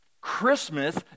Christmas